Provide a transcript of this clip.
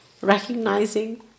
recognizing